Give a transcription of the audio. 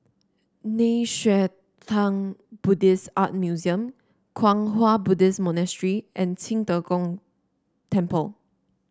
Nei Xue Tang Buddhist Art Museum Kwang Hua Buddhist Monastery and Qing De Gong Temple